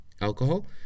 alcohol